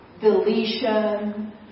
deletion